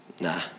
nah